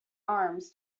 arms